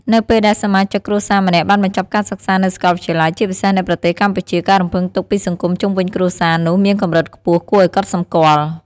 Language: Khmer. នៅពេលដែលសមាជិកគ្រួសារម្នាក់បានបញ្ចប់ការសិក្សានៅសាកលវិទ្យាល័យ ជាពិសេសនៅប្រទេសកម្ពុជា ការរំពឹងទុកពីសង្គមជុំវិញគ្រួសារនោះមានកម្រិតខ្ពស់គួរឱ្យកត់សម្គាល់។